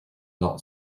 not